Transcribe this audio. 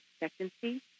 expectancy